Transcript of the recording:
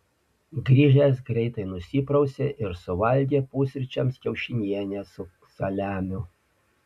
grįžęs greitai nusiprausė ir suvalgė pusryčiams kiaušinienę su saliamiu